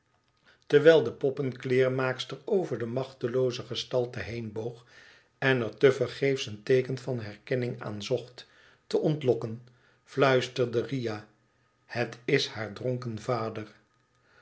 terwijl de poppenkleermaakster over de machtelcoze gestalte heenboog en er tevergeefs een teeken van herkenning aan zocht te ontlokken fluisterde riah het is haar dronken vader